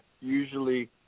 usually